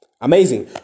Amazing